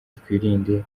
twirinde